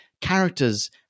Characters